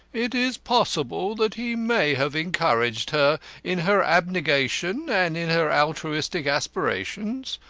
it is possible that he may have encouraged her in her abnegation and in her altruistic aspirations,